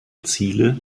ziele